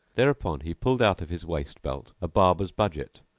thereupon he pulled out of his waist belt a barber's budget,